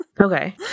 Okay